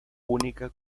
única